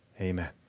Amen